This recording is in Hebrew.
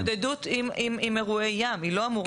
היא לא אמורה לממן עובדים.